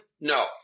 No